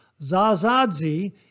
Zazadzi